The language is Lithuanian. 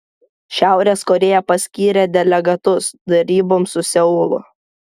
šiaurės korėja paskyrė delegatus deryboms su seulu